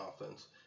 offense